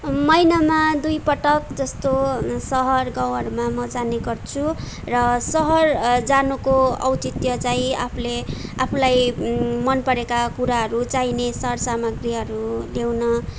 महिनामा महिनामा दुई पटक जस्तो सहर गाउँहरूमा म जाने गर्छु र सहर जानुको औचित्य चाहिँ आफूले आफूलाई मनपरेका कुराहरू चाहिने सर समाग्री ल्याउन